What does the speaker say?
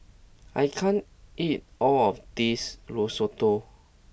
I can't eat all of this Risotto